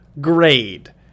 grade